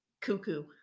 cuckoo